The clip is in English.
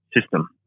system